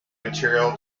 material